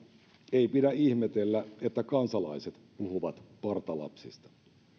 ei pidä ihmetellä että kansalaiset puhuvat partalapsista